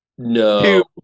No